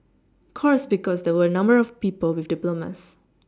course because there were a number of people with diplomas